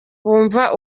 bumva